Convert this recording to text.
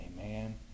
Amen